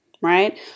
right